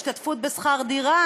השתתפות בשכר דירה,